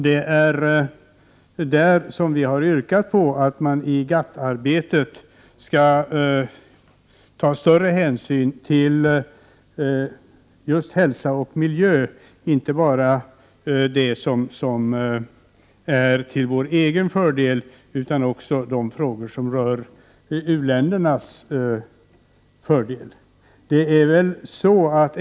Det är därför som vi har yrkat på att man i GATT-arbetet skall ta större hänsyn till just hälsa och miljö — inte bara till sådant som är till vår egen fördel utan också till sådant som är till u-ländernas fördel.